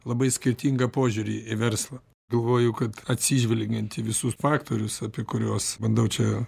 labai skirtingą požiūrį į verslą galvoju kad atsižvelgiant į visus faktorius apie kuriuos bandau čia